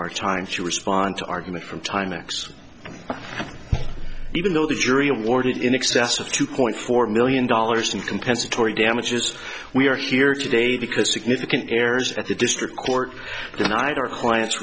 our time to respond to argument from timex even though the jury awarded in excess of two point four million dollars in compensatory damages we are here today because significant errors at the district court denied our client